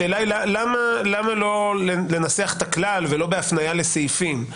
למה לא לנסח כלל במקום הפנייה לסעיפים?